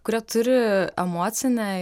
kurie turi emocinę